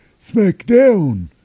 smackdown